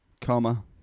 Comma